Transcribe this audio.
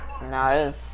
No